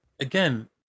again